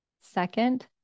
second